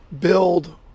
build